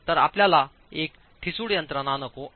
तर आपल्याला एक ठिसूळ यंत्रणा नको आहे